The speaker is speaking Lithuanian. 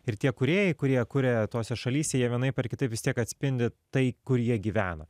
ir tie kūrėjai kurie kuria tose šalyse jie vienaip ar kitaip vis tiek atspindi tai kur jie gyvena